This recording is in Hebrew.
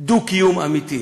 דו-קיום אמיתי,